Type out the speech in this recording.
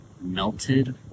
melted